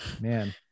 man